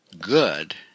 good